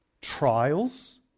trials